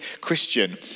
Christian